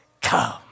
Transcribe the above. come